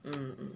mm mm